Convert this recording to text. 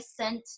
sent